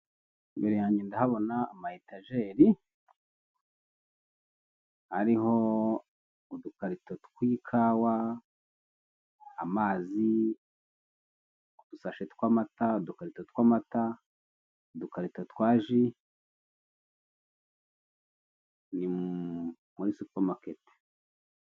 Imbere yanjye ndahabona ama etajeri ariho udukarito tw'ikawa, amazi, udusashe tw'amata, udukarito tw'amata , udukarito twa ji ,ni muri supamaketi.